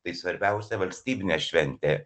tai svarbiausia valstybinė šventė